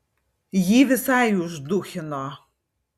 jį visai užduchino